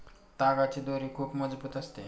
तागाची दोरी खूप मजबूत असते